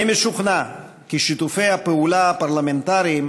אני משוכנע כי שיתופי הפעולה הפרלמנטריים